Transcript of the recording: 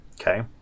Okay